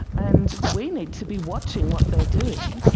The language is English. and we need to be watching what they're doing,